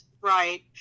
right